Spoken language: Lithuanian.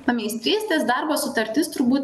pameistrystės darbo sutartis turbūt